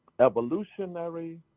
evolutionary